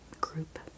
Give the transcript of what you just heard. group